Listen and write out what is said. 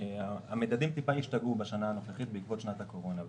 המדדים קצת השתנו בשנה הנוכחית בעקבות שנת הקורונה.